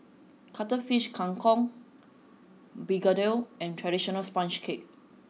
Cuttlefish Kang Kong Begedil and traditional sponge cake